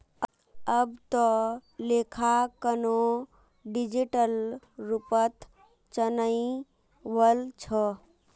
अब त लेखांकनो डिजिटल रूपत चनइ वल छ